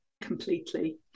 completely